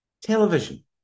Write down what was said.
Television